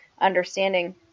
understanding